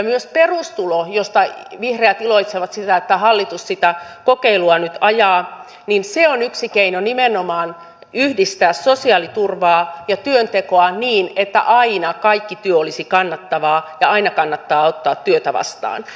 myös perustulo josta vihreät iloitsevat että hallitus sitä kokeilua nyt ajaa on yksi keino nimenomaan yhdistää sosiaaliturvaa ja työntekoa niin että aina kaikki työ olisi kannattavaa ja aina kannattaisi ottaa työtä vastaan